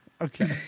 okay